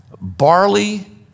barley